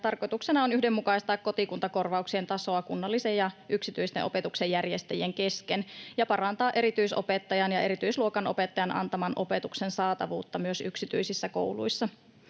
tarkoituksena on yhdenmukaistaa kotikuntakorvauksien tasoa kunnallisen ja yksityisten opetuksen järjestäjien kesken ja parantaa erityisopettajan ja erityisluokanopettajan antaman opetuksen saatavuutta myös yksityisissä kouluissa.